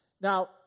Now